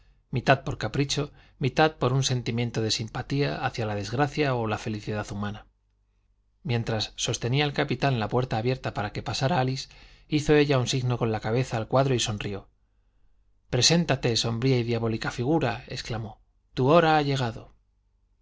mitad por capricho mitad por un sentimiento de simpatía hacia la desgracia o la felicidad humana mientras sostenía el capitán la puerta abierta para que pasara álice hizo ella un signo con la cabeza al cuadro y sonrió preséntate sombría y diabólica figura exclamó tu hora ha llegado